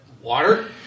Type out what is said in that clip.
Water